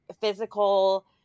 physical